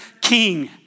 king